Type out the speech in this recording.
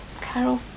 Carol